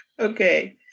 Okay